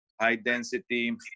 high-density